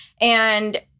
And-